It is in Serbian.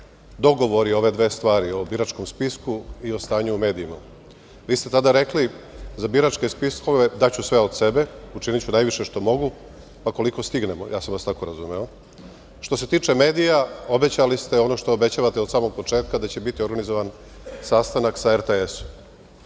dogovori ove dve stvari, o biračkom spisku i o stanju u medijima. Vi ste tada rekli za biračke spiskove – daću sve od sebe, učiniću najviše što mogu, pa koliko stignemo. Tako sam vas razumeo. Što se tiče medija, obećali ste ono što obećavate od samog početka, da će biti organizovan sastanak sa RTS-om.